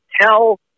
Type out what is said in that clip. tell